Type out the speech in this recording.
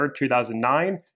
2009